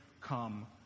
come